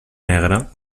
negre